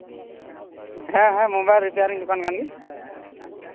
ᱦᱮᱸ ᱦᱮᱸ mobile repairing ᱫᱚᱠᱟᱱ ᱠᱟᱱ ᱜᱮᱭᱟ